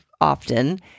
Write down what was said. often